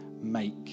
make